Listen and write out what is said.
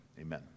amen